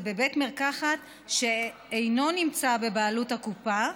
זה בית מרקחת שאינו נמצא בבעלות הקופה,